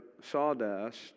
sawdust